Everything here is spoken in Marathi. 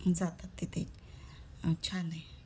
जातात तिथे छान आहे